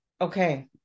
okay